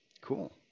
Cool